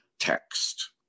text